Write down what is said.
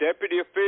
deputy